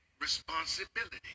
responsibility